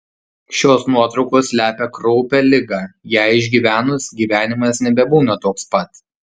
šios nuotraukos slepia kraupią ligą ją išgyvenus gyvenimas nebebūna toks pat